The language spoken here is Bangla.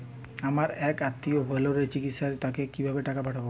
আমার এক আত্মীয় ভেলোরে চিকিৎসাধীন তাকে কি ভাবে টাকা পাঠাবো?